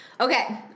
Okay